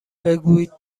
بگویید